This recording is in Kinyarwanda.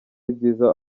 byiza